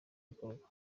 bikorwa